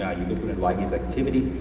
ubiquitin-ligase activity,